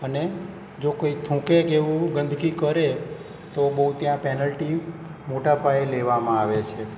અને જો કોઈ થૂંકે કે એવું ગંદકી કરે તો બહું ત્યાં પેનલ્ટી મોટા પાયે લેવામાં આવે છે